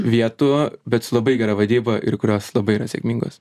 vietų bet su labai gera vadyba ir kurios labai yra sėkmingos